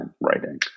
writing